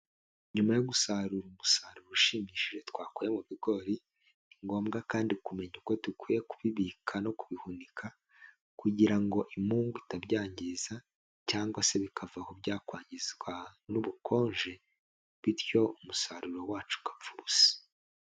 Nyuma yo gusarura umusaruro ushimishije twakuye mu bigori, ni ngombwa kandi kumenya uko dukwiye kubibika no kubihunika. Kugira ngo imungu itabyangiza cyangwa se bikavaho byakwangizwa n'ubukonje, bityo umusaruro wacu ugapfu ubusa.